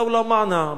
"דוולה מענא",